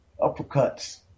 uppercuts